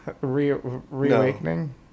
Reawakening